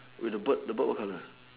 with the bird the bird what colour